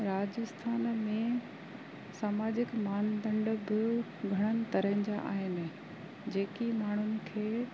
राजस्थान में सामाजिक मानदंड बि घणनि तरहनि जा आहिनि जेकी माण्हुनि खे